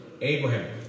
Abraham